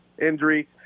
injury